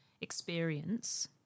experience